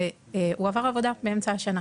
והוא עבר עבודה באמצע השנה.